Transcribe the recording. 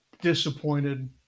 disappointed